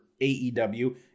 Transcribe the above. AEW